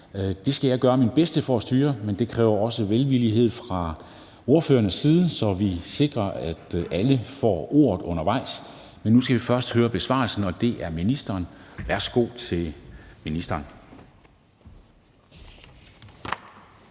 Det skal jeg gøre mit bedste for at styre, men det kræver også velvillighed fra ordførernes side, så vi sikrer, at alle får ordet undervejs. Nu skal vi først høre besvarelsen fra ministeren. Værsgo. Kl.